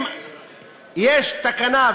אם יש תקנה,